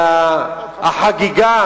והחגיגה